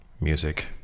music